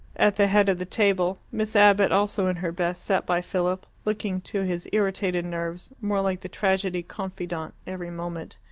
at the head of the table miss abbott, also in her best, sat by philip, looking, to his irritated nerves, more like the tragedy confidante every moment.